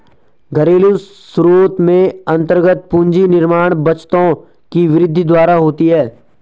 घरेलू स्रोत में अन्तर्गत पूंजी निर्माण बचतों की वृद्धि द्वारा होती है